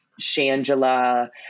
Shangela